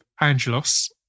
Angelos